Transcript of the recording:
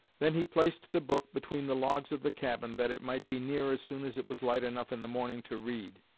then he placed the book between the logs of the cabin, that it might be near as soon as it was light enough in the morning to read.